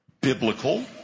biblical